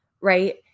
right